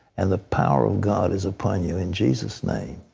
and the power of god is upon you. in jesus' name.